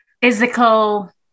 physical